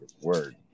Word